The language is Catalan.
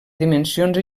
dimensions